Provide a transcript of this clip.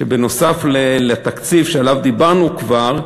בנוסף לתקציב שעליו דיברנו כבר,